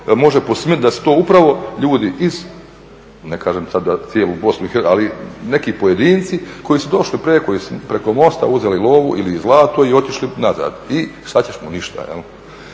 može posumnjati da su to upravo ljudi iz ne kažem sa za cijelu BiH ali neki pojedinci koji su došli preko mosta, uzeli lovu ili zlato i otišli natrag. I što ćeš mu? Ništa jel'.